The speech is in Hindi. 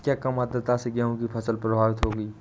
क्या कम आर्द्रता से गेहूँ की फसल प्रभावित होगी?